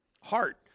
Heart